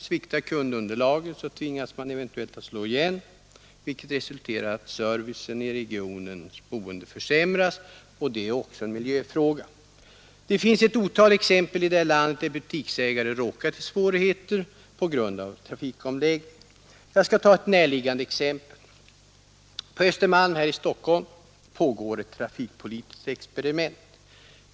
Sviktar kundunderlaget tvingas man eventuellt att slå igen, vilket resulterar i att servicen för de i regionen boende försämras — och det är också en av för affärslivet miljöfråga. Det finns ett otal exempel i det här landet, där butiksägare OSKAR RE å råkat i svårigheter på grund av trafikomläggningar. trafikomläggningar Jag skall ta ett närliggande exempel. På Östermalm här i Stockholm pågår ett trafikpolitiskt experiment.